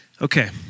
Okay